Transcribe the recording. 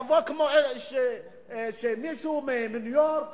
יבוא מישהו מניו-יורק